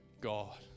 God